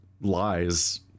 lies